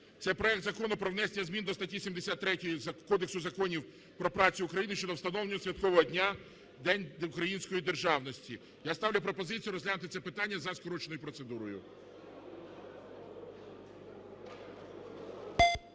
це проект Закону про внесення змін до статті 73 Кодексу законів про працю України щодо встановлення святкового дня – День Української Державності. Я ставлю пропозицію розглянути це питання за скороченою процедурою.